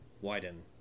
widen